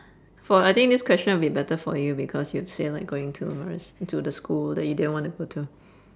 for I think this question will be better for you because you've said like going to maris into the school that you didn't wanna go to